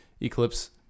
eclipse